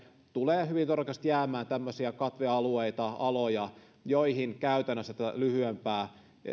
tulee hyvin todennäköisesti jäämään tämmöisiä katvealueita aloja joille käytännössä tätä lyhyempää